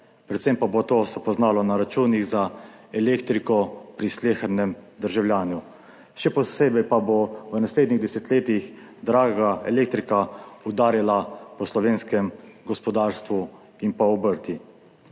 predvsem pa se bo to poznalo na računih za elektriko pri slehernem državljanu, še posebej pa bo v naslednjih desetletjih draga elektrika udarila po slovenskem gospodarstvu in obrti.